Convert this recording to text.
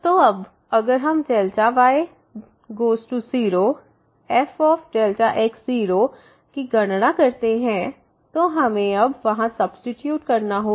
तो अब अगर हम डेल्टा Δy→0 fx0 की गणना करते हैं तो हमें अब वहां सब्सीट्यूट करना होगा